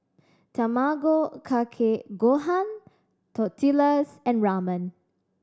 Tamago Kake Gohan Tortillas and Ramen